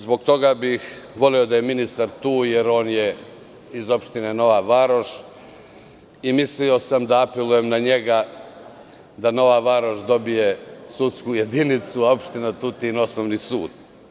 Zbog toga bih voleo da je ministar tu, jer on je iz opštine Nova Varoš i mislio sam da apelujem na njega da Nova Varoš dobije sudsku jedinicu, a opština Tutin osnovni sud.